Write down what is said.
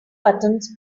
buttons